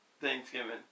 Thanksgiving